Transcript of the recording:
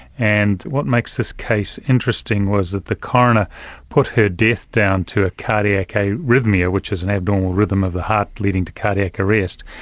and what makes this case interesting was that the coroner put her death down to a cardiac arrhythmia, which is an abnormal rhythm of the heart leading to cardiac arrest.